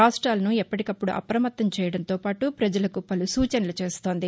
రాష్ట్రాలను ఎప్పటికప్పుడు అప్రమత్తం చేయడంతో పాటు ప్రజలకు పలు సూచనలు చేస్తోంది